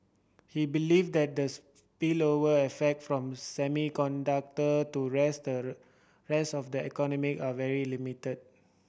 he believes that the spillover effect from semiconductor to rest rest of the economy are very limited